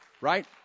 Right